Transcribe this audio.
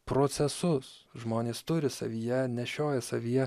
procesus žmonės turi savyje nešioja savyje